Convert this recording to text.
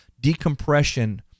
decompression